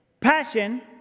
passion